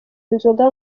nzoga